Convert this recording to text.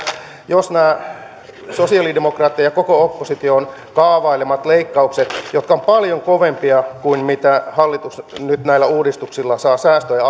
jos nämä sosialidemokraattien ja koko opposition kaavailemat leikkaukset jotka ovat paljon kovempia kuin mitä hallitus nyt näillä uudistuksilla saa säästöjä